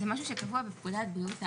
זה משהו שקבוע בפקודת בריאות העם.